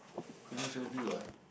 finish already what